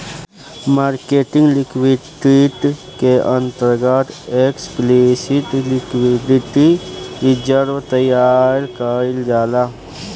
marketing liquidity के अंतर्गत explicit liquidity reserve तैयार कईल जाता